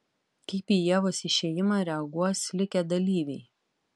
kaip į ievos išėjimą reaguos likę dalyviai